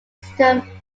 system